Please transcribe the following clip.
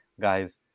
Guys